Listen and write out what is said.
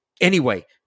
Anyway-